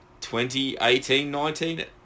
2018-19